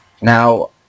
Now